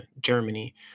Germany